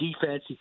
defense